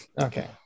Okay